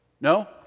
No